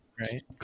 right